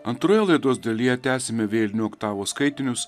antroje laidos dalyje tęsiame vėlinių oktavos skaitinius